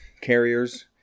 carriers